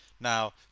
now